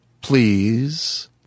please